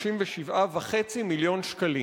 237.5 מיליון שקלים,